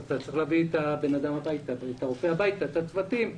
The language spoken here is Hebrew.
אתה צריך להביא את הרופא ואת הצוותים הביתה.